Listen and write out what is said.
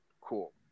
Cool